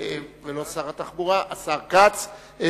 ולא שר התחבורה, השר כץ.